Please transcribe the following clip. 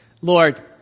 Lord